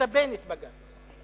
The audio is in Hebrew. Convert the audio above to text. לסבן את בג"ץ,